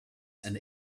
and